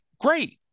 great